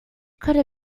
could